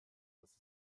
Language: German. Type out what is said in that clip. dass